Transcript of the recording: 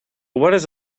what